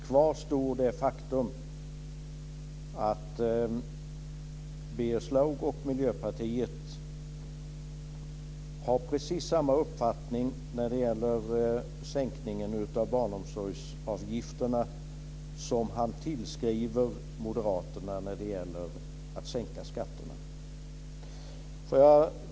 Kvar står det faktum att Birger Schlaug och Miljöpartiet har precis samma uppfattning när det gäller sänkningen av barnomsorgsavgifterna som han tillskriver moderaterna när det gäller att sänka skatterna.